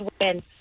win